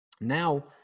now